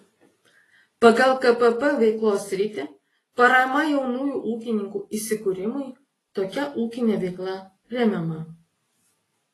pagal kpp veiklos sritį parama jaunųjų ūkininkų įsikūrimui tokia ūkinė veikla remiama